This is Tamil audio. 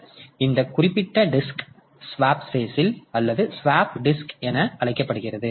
இப்போது இந்த குறிப்பிட்ட டிஸ்க் ஸ்வாப்பு பேசில் அல்லது ஸ்வாப்பு டிஸ்க் என அழைக்கப்படுகிறது